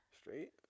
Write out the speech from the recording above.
Straight